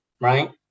right